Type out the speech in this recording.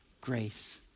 grace